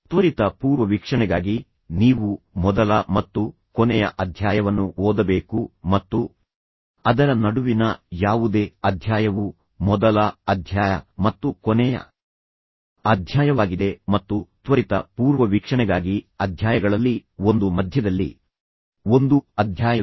ತ್ವರಿತ ಪೂರ್ವವೀಕ್ಷಣೆಗಾಗಿ ನೀವು ಮಾಡಬೇಕಾಗಿರುವುದು ಏನೆಂದರೆ ನೀವು ಮೊದಲ ಮತ್ತು ಕೊನೆಯ ಅಧ್ಯಾಯವನ್ನು ಓದಬೇಕು ಮತ್ತು ಅದರ ನಡುವಿನ ಯಾವುದೇ ಅಧ್ಯಾಯವು ಮೊದಲ ಅಧ್ಯಾಯ ಮತ್ತು ಕೊನೆಯ ಅಧ್ಯಾಯವಾಗಿದೆ ಮತ್ತು ತ್ವರಿತ ಪೂರ್ವವೀಕ್ಷಣೆಗಾಗಿ ಅಧ್ಯಾಯಗಳಲ್ಲಿ ಒಂದು ಮಧ್ಯದಲ್ಲಿ ಒಂದು ಅಧ್ಯಾಯವಿದೆ